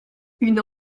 une